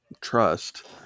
trust